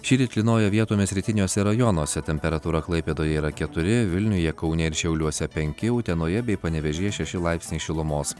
šįryt lynojo vietomis rytiniuose rajonuose temperatūra klaipėdoje yra keturi vilniuje kaune ir šiauliuose penki utenoje bei panevėžyje šeši laipsniai šilumos